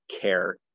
care